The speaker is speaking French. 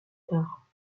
tard